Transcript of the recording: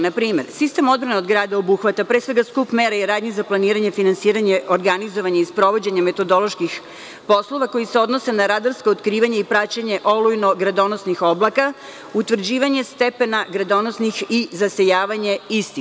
Na primer, sistem odbrane od grada obuhvata pre svega skup mere i radnji za planiranje i finansiranje, organizovanje i sprovođenje metodoloških poslova koji se odnose na radarsko otkrivanje i praćenje olujno gradonosnih oblaka, utvrđivanje stepena gradonosnih i zasejavanje istih.